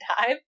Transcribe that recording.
time